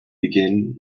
begin